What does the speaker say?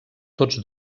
tots